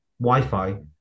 Wi-Fi